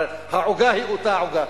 הרי העוגה היא אותה עוגה.